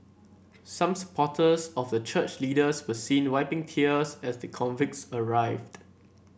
some supporters of the church leaders were seen wiping tears as the convicts arrived